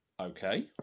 Okay